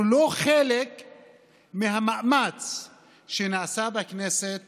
השמן זה המגזר הציבורי והרזה זה המגזר